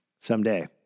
Someday